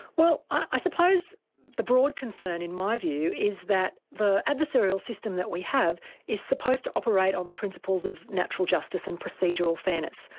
well i suppose the broad concern, in my view, is that the adversarial system that we have is supposed to operate on the principles of natural justice and procedural fairness.